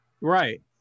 Right